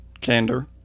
Candor